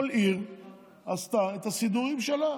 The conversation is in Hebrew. כל עיר עשתה את הסידורים שלה,